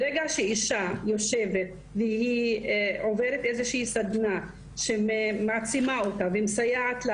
ברגע שאישה יושבת והיא עוברת איזו שהיא סדנה שמעצימה אותה ומסייעת לה